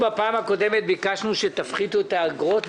בפעם הקודמת ביקשנו שתפחיתו את האגרות,